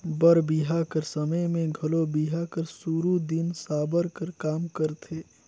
बर बिहा कर समे मे घलो बिहा कर सुरू दिन साबर कर काम रहथे